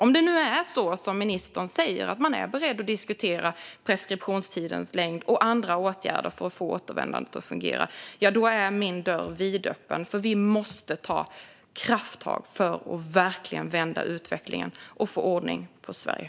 Om det nu är som ministern säger, att man är beredd att diskutera preskriptionstidens längd och andra åtgärder för att få återvändandet att fungera, är min dörr vidöppen. Vi måste ta krafttag för att verkligen vända utvecklingen och få ordning på Sverige.